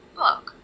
book